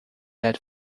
that